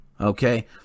okay